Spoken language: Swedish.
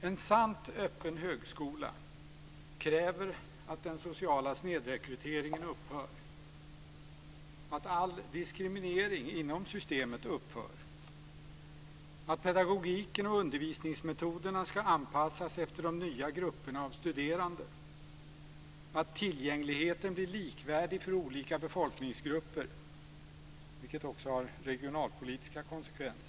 En sant öppen högskola kräver att den sociala snedrekryteringen avslutas, att all diskriminering inom systemet upphör, att pedagogiken och undervisningsmetoderna anpassas efter de nya grupperna av studerande och att tillgängligheten blir likvärdig för olika befolkningsgrupper, vilket också har regionalpolitiska konsekvenser.